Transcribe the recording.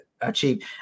achieve